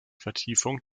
vertiefung